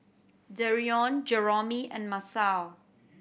Dereon Jeromy and Masao